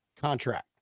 contract